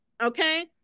Okay